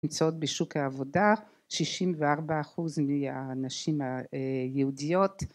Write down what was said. נמצאות בשוק העבודה שישים וארבע אחוז מהנשים היהודיות